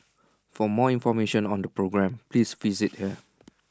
for more information on the programme please visit here